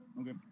Okay